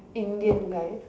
Indian guy